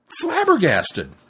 Flabbergasted